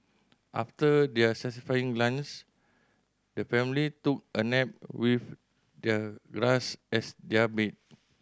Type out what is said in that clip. after their satisfying the family took a nap with the grass as their bed